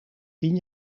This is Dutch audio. tien